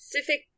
Pacific